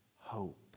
hope